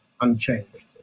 unchanged